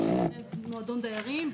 יותר מועדון דיירים,